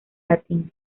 latín